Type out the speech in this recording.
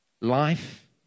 Life